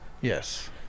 yes